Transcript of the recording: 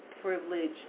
privilege